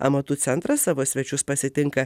amatų centras savo svečius pasitinka